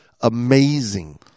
Amazing